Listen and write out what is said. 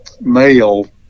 male